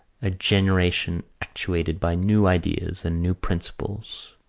a generation actuated by new ideas and new principles.